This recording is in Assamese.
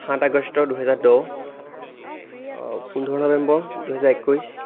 সাত আগষ্ট দুহেজাৰ দহ পোন্ধৰ নৱেম্বৰ দুহেজাৰ একৈছ